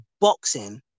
boxing